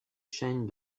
chaînes